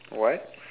what